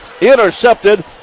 intercepted